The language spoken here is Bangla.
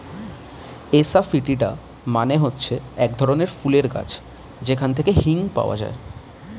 এসাফিটিডা মানে হচ্ছে এক ধরনের ফুলের গাছ যেখান থেকে হিং পাওয়া যায়